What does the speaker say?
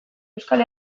euskal